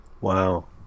Wow